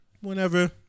whenever